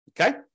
Okay